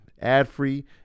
ad-free